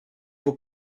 vos